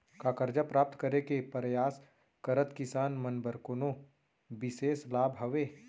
का करजा प्राप्त करे के परयास करत किसान मन बर कोनो बिशेष लाभ हवे?